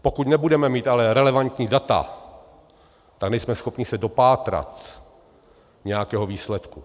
Pokud ale nebudeme mít relevantní data, tak nejsme schopni se dopátrat nějakého výsledku.